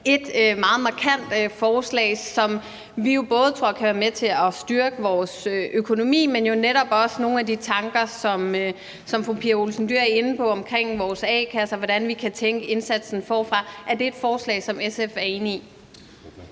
ét meget markant forslag, som vi tror kan være med til at styrke vores økonomi, og det flugter netop også med nogle af de tanker, som fru Pia Olsen Dyhr er inde på, omkring vores a-kasser, og hvordan vi kan tænke indsatsen forfra. Er det et forslag, som SF er enig i?